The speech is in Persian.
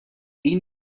این